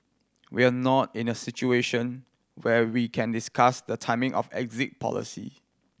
we're not in a situation where we can discuss the timing of exit policy